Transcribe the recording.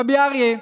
רבי אריה,